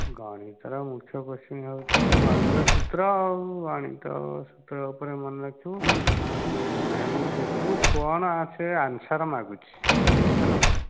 ଗଣିତର ମୁଖ୍ୟ କ୍ଵେଶ୍ଚିନ୍ ହେଉଛି ତ ଗଣିତ ସୂତ୍ର ଆଉ ଗଣିତ ସୂତ୍ର ଉପରେ ମନେ ରଖିବୁ ମେନ୍ ଦେଖିବୁ କଣ ସେ ଆନ୍ସର୍ ମାଗୁଛି ହେଲା